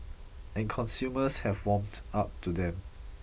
and consumers have warmed up to them